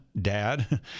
dad